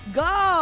go